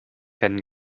kennen